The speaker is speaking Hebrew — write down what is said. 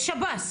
יש שב"ס.